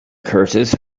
curses